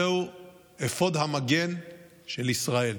זהו אפוד המגן של ישראל,